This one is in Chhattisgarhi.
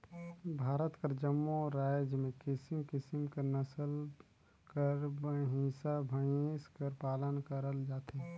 भारत कर जम्मो राएज में किसिम किसिम कर नसल कर भंइसा भंइस कर पालन करल जाथे